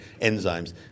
enzymes